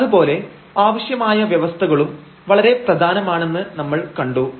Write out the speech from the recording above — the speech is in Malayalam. അതുപോലെ ആവശ്യമായ വ്യവസ്ഥകളും വളരെ പ്രധാനമാണെന്ന് നമ്മൾ കണ്ടു